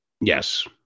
Yes